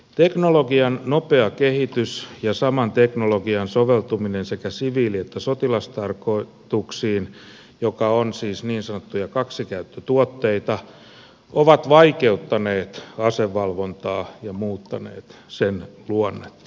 teknologian nopea kehitys ja saman teknologian soveltuminen sekä siviili että sotilastarkoituksiin mikä tarkoittaa siis niin sanottuja kaksikäyttötuotteita ovat vaikeuttaneet asevalvontaa ja muuttaneet sen luonnetta